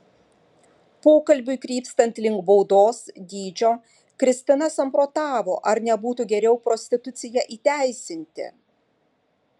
pokalbiui krypstant link baudos dydžio kristina samprotavo ar nebūtų geriau prostituciją įteisinti